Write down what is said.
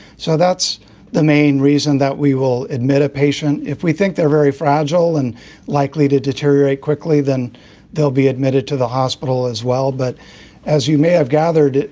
so that's the main reason that we will admit a patient, if we think they're very fragile and likely to deteriorate quickly, then they'll be admitted to the hospital as well. but as you may have gathered,